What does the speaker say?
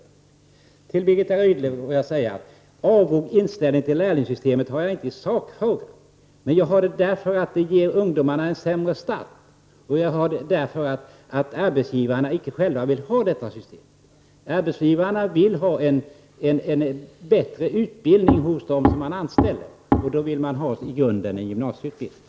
Jag har inte, Birgitta Rydle, i sakfrågan någon avog inställning till lärlingssystemet, men jag är det därför att det ger ungdomarna en sämre start och därför att arbetsgivarna icke själva vill ha detta system. Arbetsgivarna vill ha en bättre utbildning hos dem de anställer, dvs. de vill i grunden ha en gymnasieutbildning.